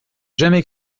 jamais